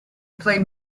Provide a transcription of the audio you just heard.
played